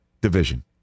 division